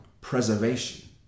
preservation